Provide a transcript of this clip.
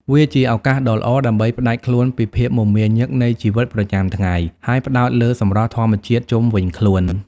វាជាឱកាសដ៏ល្អដើម្បីផ្តាច់ខ្លួនពីភាពមមាញឹកនៃជីវិតប្រចាំថ្ងៃ ហើយផ្តោតលើសម្រស់ធម្មជាតិជុំវិញខ្លួន។